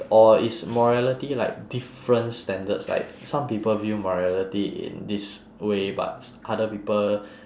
or is morality like different standards like some people view morality in this way but s~ other people